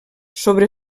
sobre